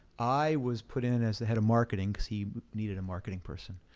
i was put in as the head of marketing, because he needed a marketing person.